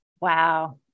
Wow